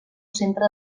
centre